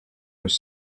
was